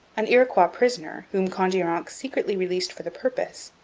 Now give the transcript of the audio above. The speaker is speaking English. an iroquois prisoner, whom kondiaronk secretly released for the purpose,